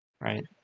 right